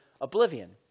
oblivion